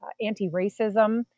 anti-racism